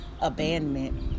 abandonment